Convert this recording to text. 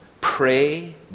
Pray